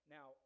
Now